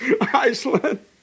Iceland